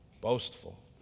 Boastful